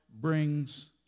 brings